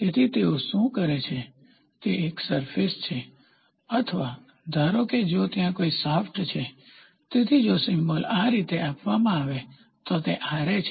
તેથી તેઓ શું કરે છે તે એક સરફેસ છે અથવા ધારો કે જો ત્યાં કોઈ શાફ્ટ છે તેથી જો સિમ્બોલ આ રીતે આપવામાં આવે તો તે Ra છે